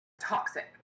toxic